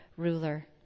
ruler